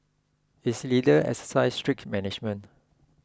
its leader exercise strict management